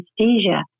anesthesia